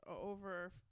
over